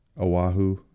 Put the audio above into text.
Oahu